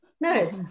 no